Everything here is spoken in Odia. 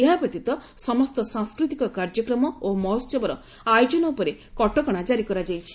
ଏହାବ୍ୟତୀତ ସମସ୍ତ ସାଂସ୍କୃତିକ କାର୍ଯ୍ୟକ୍ରମ ଓ ମହୋହବର ଆୟୋଜନ ଉପରେ କଟକଣା ଜାରି କରାଯାଇଛି